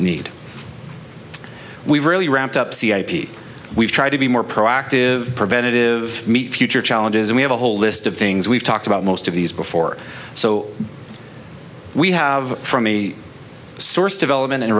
need we really ramped up c a p we've tried to be more proactive preventative meet future challenges and we have a whole list of things we've talked about most of these before so we have from a source development and